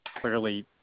clearly